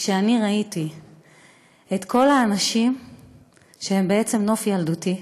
ראיתי את כל האנשים שהם בעצם נוף ילדותי,